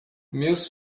meus